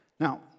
Now